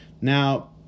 now